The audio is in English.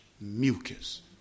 mucus